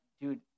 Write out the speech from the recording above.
dude